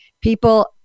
People